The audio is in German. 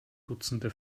dutzende